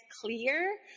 clear